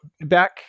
Back